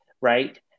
right